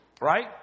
Right